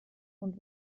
und